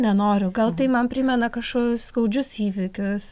nenoriu gal tai man primena kažkokius skaudžius įvykius